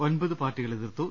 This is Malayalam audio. ഒമ്പത് പാർട്ടികൾ എതിർത്തു